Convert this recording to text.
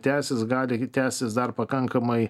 tęsis gali tęstis dar pakankamai